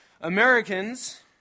Americans